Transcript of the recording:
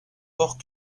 ports